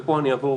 ופה אני אעבור,